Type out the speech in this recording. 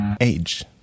age